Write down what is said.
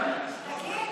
עסקה,